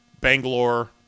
bangalore